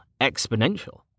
exponential